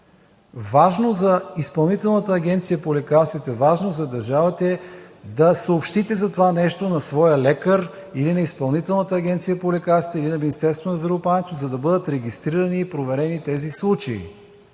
важно за Изпълнителната агенция по лекарствата, важно за държавата е да съобщите за това нещо на своя лекар, или на Изпълнителната агенция по лекарствата, или на Министерството на здравеопазването, за да бъдат регистрирани и проверени тези случаи.